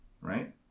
Right